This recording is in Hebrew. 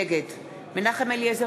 נגד מנחם אליעזר